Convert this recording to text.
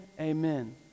Amen